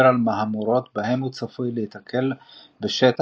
על מהמורות בהם הוא צפוי להתקל בשטח,